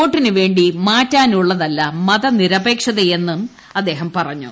വോട്ടിനു വേ ി മാറ്റാനുള്ളതല്ല മതനിരപേക്ഷതയെന്നതയെന്നും അദ്ദേഹം പറഞ്ഞു